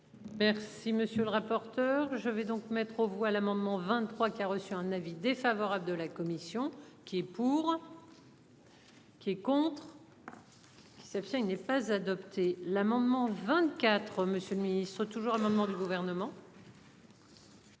Merci monsieur le rapporteur. Je vais donc mettre aux voix l'amendement 23 qui a reçu un avis défavorable de la commission. Qui est pour. Qui est contre. Qui s'abstient. Il n'est pas adopté l'amendement 24 monsieur le toujours au moment du gouvernement.